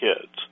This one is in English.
kids